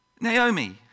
Naomi